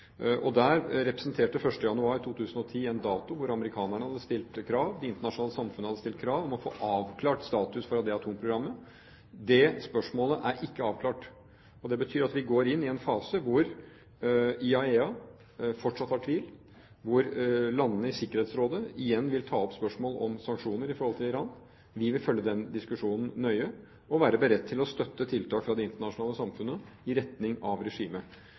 Der representerte 1. januar 2010 en dato da amerikanerne og det internasjonale samfunnet for øvrig hadde stilt krav om å få avklart status for atomprogrammet. Det spørsmålet er ikke avklart. Det betyr at vi går inn i en fase hvor IAEA fortsatt har tvil, hvor landene i Sikkerhetsrådet igjen vil ta opp spørsmålet om sanksjoner i forhold til Iran. Vi vil følge den diskusjonen nøye og være beredt til å støtte tiltak fra det internasjonale samfunnet i retning av regimet.